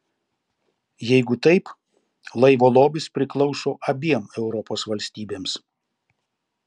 jeigu taip laivo lobis priklauso abiem europos valstybėms